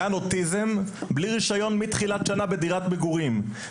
גן אוטיזם בלי רישיון מתחילת שנה בדירת מגורים,